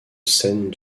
scènes